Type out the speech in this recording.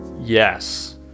Yes